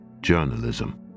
journalism